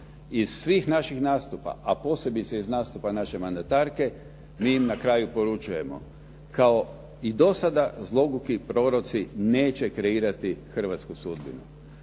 Iz svih naših nastupa a posebice iz nastupa naše mandatarke mi im na kraju poručujemo. Kao i do sada zlogluhi proroci neće kreirati hrvatsku sudbinu.